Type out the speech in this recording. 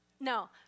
No